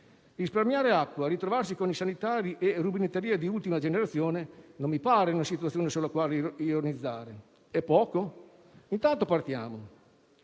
Risparmiare acqua e ritrovarsi con sanitari e rubinetterie di ultima generazione non mi pare una situazione sulla quale ironizzare. È poco? Intanto, partiamo.